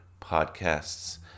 podcasts